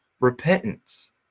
repentance